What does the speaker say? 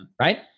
Right